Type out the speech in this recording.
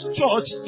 church